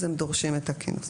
אז הם דורשים את הכינוס.